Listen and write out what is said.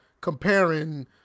comparing –